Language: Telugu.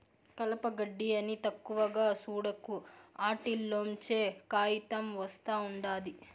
కలప, గెడ్డి అని తక్కువగా సూడకు, ఆటిల్లోంచే కాయితం ఒస్తా ఉండాది